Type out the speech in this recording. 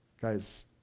Guys